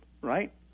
right